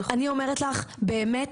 אני אומרת לך באמת,